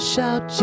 Shout